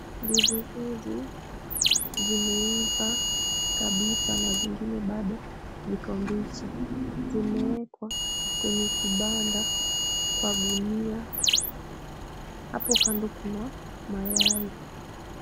Ndizi hizi zimeiva kabisa na zingine bado ziko mbichi. Zimewekwa kwenye kibanda kwa gunia, hapo kando kuna mayai.